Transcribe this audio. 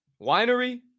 winery